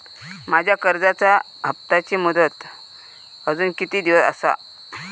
माझ्या कर्जाचा हप्ताची मुदत अजून किती दिवस असा?